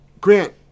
Grant